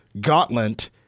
gauntlet